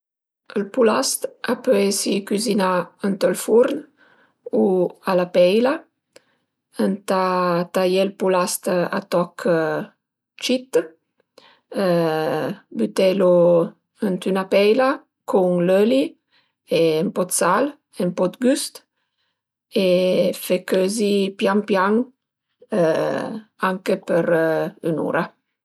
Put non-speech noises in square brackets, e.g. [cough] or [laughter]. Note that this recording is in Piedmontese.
Ël pulast a pöl esi cüzinà ënt ël furn u a la peila, ëntà taié ël pulast a toch cit, bütelu ënt üna peila cun l'öli e ën po 'd sal e ën po 'd güst e fe cözi pian pian [hesitation] anche për ün'ura